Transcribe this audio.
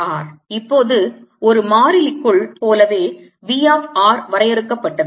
இப்போது ஒரு மாறிலிக்குள் போலவே V r வரையறுக்கப்பட்டது